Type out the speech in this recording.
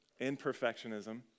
imperfectionism